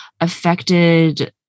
affected